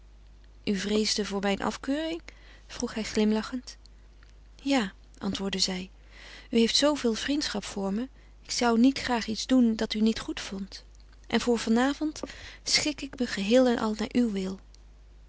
voor mijn afkeuring vroeg hij glimlachend ja antwoordde zij u heeft zooveel vriendschap voor me ik zou niet graag iets doen dat u niet goed vondt en voor van avond schik ik me geheel en al naar uw wil